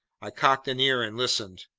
i cocked an ear and listened.